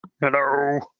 Hello